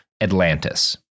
Atlantis